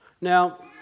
Now